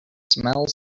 smells